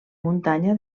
muntanya